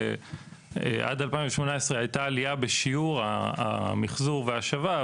עד 2018 הייתה עלייה בשיעור המחזור וההשבה,